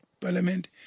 Parliament